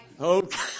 Okay